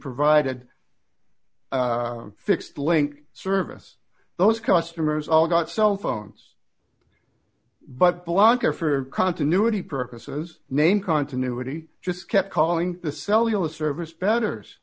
provided fixed link service those customers all got cell phones but blanca for continuity purposes name continuity just kept calling the cellular service betters